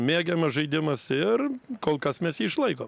mėgiamas žaidimas ir kol kas mes jį išlaikom